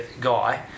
guy